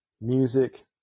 music